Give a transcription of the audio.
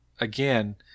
Again